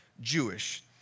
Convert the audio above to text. Jewish